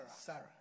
Sarah